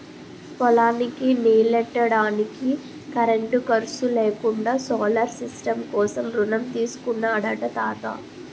పొలానికి నీల్లెట్టడానికి కరెంటు ఖర్సు లేకుండా సోలార్ సిస్టం కోసం రుణం తీసుకున్నాడట తాత